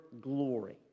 glory